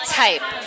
type